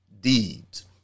deeds